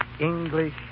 English